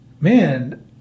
man